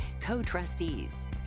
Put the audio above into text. co-trustees